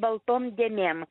baltom dėmėm